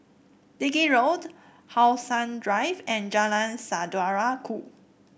Digby Road How Sun Drive and Jalan Saudara Ku